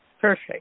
Perfect